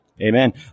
Amen